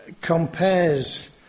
compares